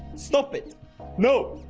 stop it no,